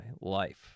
life